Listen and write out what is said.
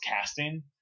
casting